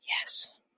Yes